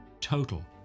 Total